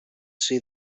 see